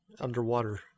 underwater